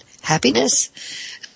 happiness